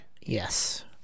Yes